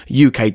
uk